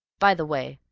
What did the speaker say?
by the way,